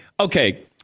Okay